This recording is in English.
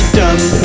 done